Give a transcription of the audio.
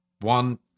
One